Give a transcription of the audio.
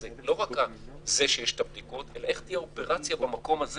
שזה לא רק שיש הבדיקות אלא איך תהיה האופרציה במקום הזה